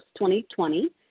2020